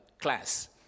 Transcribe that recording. class